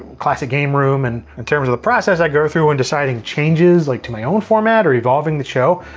classic game room. and in terms of the process i go through when deciding changes like to my own format or evolving the show,